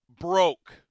broke